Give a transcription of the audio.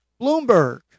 Bloomberg